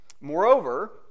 Moreover